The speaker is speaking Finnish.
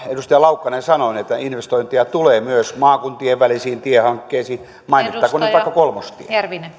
edustaja laukkanen sanoi että investointeja tulee myös maakuntien välisiin tiehankkeisiin mainittakoon nyt vaikka kolmostie